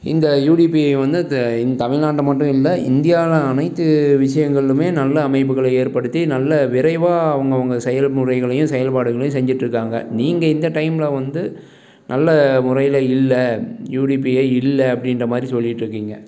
இந்த யூடிபிஐ வந்து இந்த இன் தமிழ்நாட்டில் மட்டும் இல்லை இந்தியாவில் அனைத்து விஷயங்கள்லுமே நல்ல அமைப்புகளை ஏற்படுத்தி நல்ல விரைவாக அவங்கவுங்க செயல் முறைகளையும் செயல்பாடுகளையும் செஞ்சுட்ருக்காங்க நீங்கள் இந்த டைமில் வந்து நல்ல முறையில் இல்லை யூடிபிஐ இல்லை அப்படின்ற மாதிரி சொல்லிட்டிருக்கிங்க